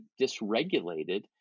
dysregulated